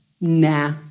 nah